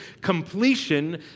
completion